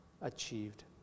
achieved